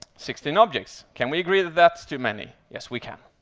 sixteen objects can we agree that that's too many? yes, we can.